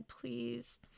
please